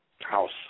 house